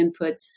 inputs